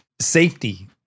safety